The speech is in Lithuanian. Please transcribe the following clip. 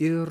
ir